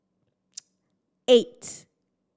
eight